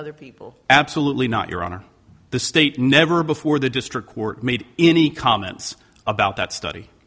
er people absolutely not your honor the state never before the district court made any comments about that study